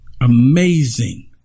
amazing